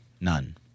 None